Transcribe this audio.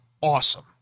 awesome